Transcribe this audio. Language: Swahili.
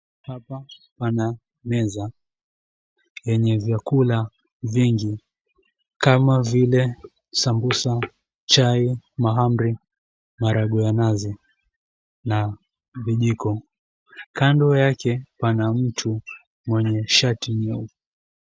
Hapa kuna meza yenye vyakula vingi kama vile sambusa, chai, mahamri, maharagwe ya nazi na vijiko. Kando yake pana mtu mwenye shati nyeupe.